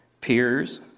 peers